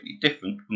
different